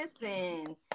listen